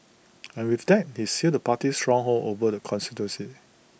and with that he sealed the party's stronghold over the constituency